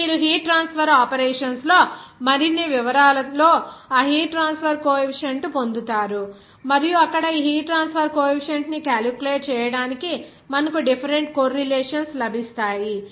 ఇప్పుడు మీరు heat transfer operations లో మరిన్ని వివరాలలో ఆ హీట్ ట్రాన్స్ఫర్ కోఎఫీసియంట్ పొందుతారు మరియు అక్కడ ఈ హీట్ ట్రాన్స్ఫర్ కోఎఫీసియంట్ ని క్యాలిక్యులేట్ చేయడానికి మనకు డిఫెరెంట్ కోర్ రిలేషన్స్ లభిస్తాయి